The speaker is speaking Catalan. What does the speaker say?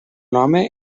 home